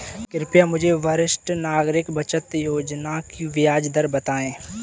कृपया मुझे वरिष्ठ नागरिक बचत योजना की ब्याज दर बताएं